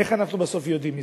איך אנחנו בסוף יודעים מזה?